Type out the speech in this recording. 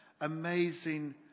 amazing